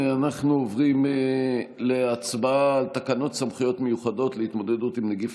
אנחנו עוברים להצבעה על תקנות סמכויות מיוחדות להתמודדות עם נגיף